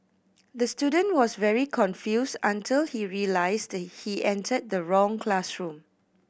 the student was very confused until he realised he entered the wrong classroom